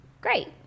great